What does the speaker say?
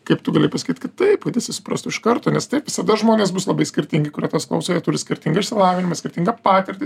kaip tu gali pasakyt kitaip kad jis susiprastų iš karto nes taip visada žmonės bus labai skirtingi kurie tavęs klauso jie turi skirtingą išsilavinimą skirtingą patirtį